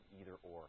either-or